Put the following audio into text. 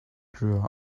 grew